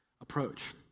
approach